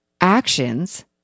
actions